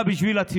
בבקשה.